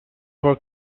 for